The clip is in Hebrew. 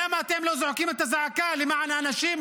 למה אתם לא זועקים את הזעקה למען האנשים,